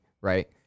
right